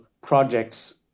projects